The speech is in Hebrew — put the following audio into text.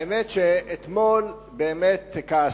האמת שאתמול באמת כעסתי.